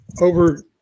over